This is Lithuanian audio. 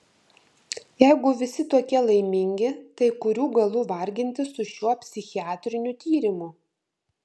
jeigu visi tokie laimingi tai kurių galų vargintis su šiuo psichiatriniu tyrimu